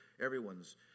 Everyone's